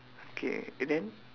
okay and then